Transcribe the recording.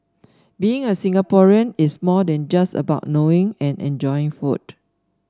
being a Singaporean is more than just about knowing and enjoying food